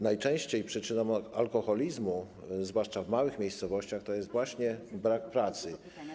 Najczęściej przyczyną alkoholizmu, zwłaszcza w małych miejscowościach, jest brak pracy.